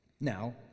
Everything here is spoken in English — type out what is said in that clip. Now